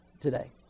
today